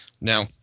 Now